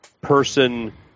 person